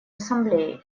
ассамблеи